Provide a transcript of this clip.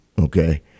okay